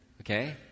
okay